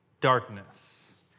darkness